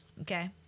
okay